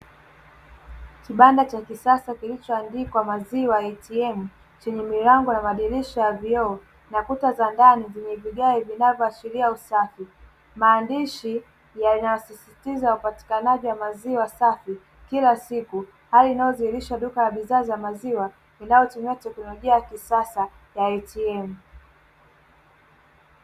Kibanda cha kisasa kilichoandikwa "Maziwa ATM”, chenye milango na madirisha ya vioo na kuta za ndani, zenye vigae vinavyoashiria usafi. Maandishi yanasisitiza upatikanaji wa maziwa safi kila siku, hali inayoendeshwa na duka la bidhaa za maziwa, linalotumia teknolojia ya kisasa ya “ATM”.